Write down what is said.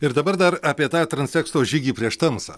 ir dabar dar apie tą transekso žygį prieš tamsą